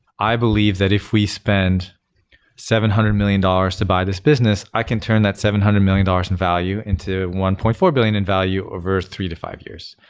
i believe that if we spend seven hundred million dollars to buy this business, i can turn that seven hundred million dollars in value into one point four billion in value over three to five years.